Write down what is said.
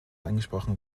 angesprochen